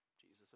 Jesus